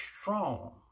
strong